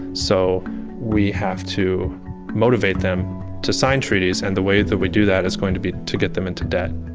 so we have to motivate them to sign treaties, and the way that we do that is going to be to get them into debt.